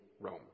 Rome